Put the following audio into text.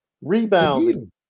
rebounding